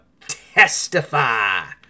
Testify